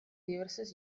diverses